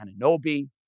Ananobi